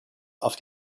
auf